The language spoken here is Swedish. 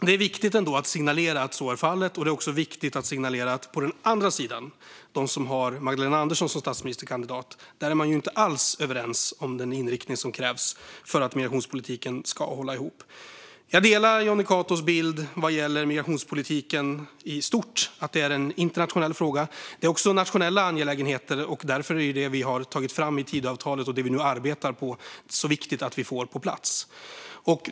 Det är ändå viktigt att signalera att så är fallet, och det är också viktigt att signalera att den andra sidan, där man har Magdalena Andersson som statsministerkandidat, inte alls är överens om den inriktning som krävs för att migrationspolitiken ska hålla ihop. Jag delar Jonny Catos bild vad gäller migrationspolitiken i stort. Det är en internationell fråga. Det är också en nationell angelägenhet, och därför är det vi har tagit fram i Tidöavtalet och som vi nu arbetar på så viktigt att få på plats.